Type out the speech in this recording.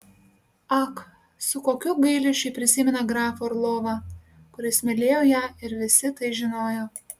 ak su kokiu gailesčiu ji prisimena grafą orlovą kuris mylėjo ją ir visi tai žinojo